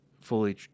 fully